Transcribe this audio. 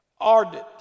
ardent